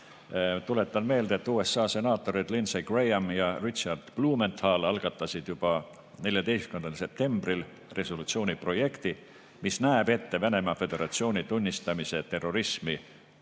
Tuletan meelde, et USA senaatorid Lindsey Graham ja Richard Blumenthal algatasid juba 14. septembril resolutsiooni projekti, mis näeb ette Venemaa Föderatsiooni tunnistamise terrorismi